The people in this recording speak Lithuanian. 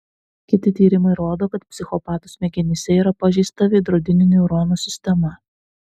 kiti tyrimai rodo kad psichopatų smegenyse yra pažeista veidrodinių neuronų sistema